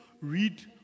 read